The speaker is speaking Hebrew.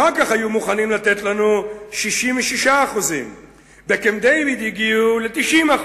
אחר כך היו מוכנים לתת לנו 66%. בקמפ-דייוויד הגיעו ל-90%,